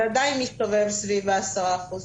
זה עדיין מסתובב סביב ה-10%.